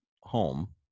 home